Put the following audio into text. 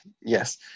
Yes